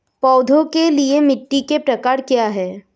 पौधों के लिए मिट्टी के प्रकार क्या हैं?